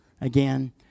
again